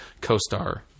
co-star